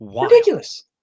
Ridiculous